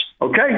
okay